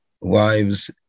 wives